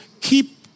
keep